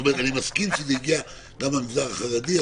אני מסכים שזה הגיע גם למגזר החרדי.